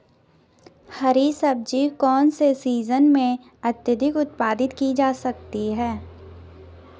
हरी सब्जी कौन से सीजन में अत्यधिक उत्पादित की जा सकती है?